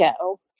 go